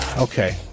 Okay